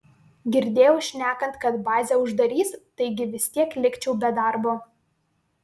girdėjau šnekant kad bazę uždarys taigi vis tiek likčiau be darbo